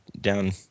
down